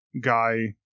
guy